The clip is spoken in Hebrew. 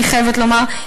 אני חייבת לומר,